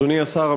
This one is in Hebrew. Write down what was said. אדוני השר,